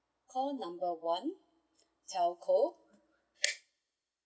call number one telco